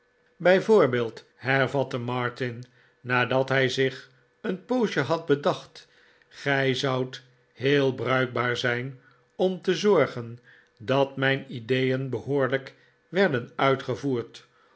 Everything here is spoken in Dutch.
bij voorbeeld heryatte martin nadat hij zich een poosje had bedacht gij zoudt heel bruikbaar zijn om te zorgen dat mijn ideeen behoorlijk werden uitgevoerd